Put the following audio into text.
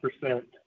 percent